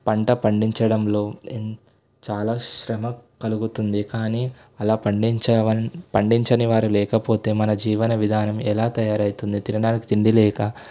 పంట పండించడంలో చాలా శ్రమ కలుగుతుంది కానీ అలా పండించేవన్ పండించని వారు లేకపోతే మన జీవన విధానం ఎలా తయారు అవుతుంది తినడానికి తిండిలేక